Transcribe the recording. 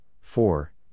four